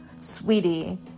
sweetie